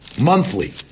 monthly